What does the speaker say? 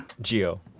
Geo